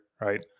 Right